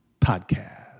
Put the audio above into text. Podcast